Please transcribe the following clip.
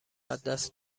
ازدست